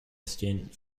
stint